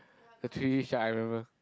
the three D shark I remember